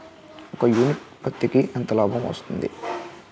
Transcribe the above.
ఒక యూనిట్ పత్తికి ఎంత లాభం వస్తుంది?